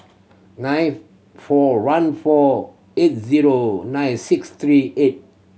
nine four one four eight zero nine six three eight